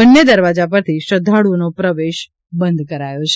બે દરવાજા પરથી શ્રધ્ધાળુઓના પર્વેશ બંધ કરાયા છે